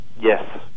Yes